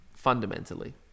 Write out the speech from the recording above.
fundamentally